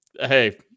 Hey